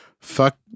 fuck